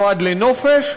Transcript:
נועד לנופש,